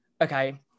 okay